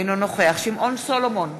אינו נוכח שמעון סולומון,